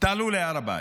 תעלו להר הבית.